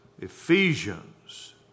Ephesians